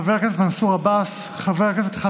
כוריאוגרף ידוע ואומן מבטיח מאוד.